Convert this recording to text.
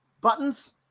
buttons